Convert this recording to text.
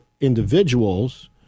individuals